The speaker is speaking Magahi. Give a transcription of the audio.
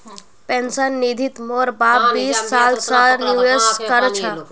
पेंशन निधित मोर बाप बीस साल स निवेश कर छ